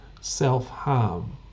Self-Harm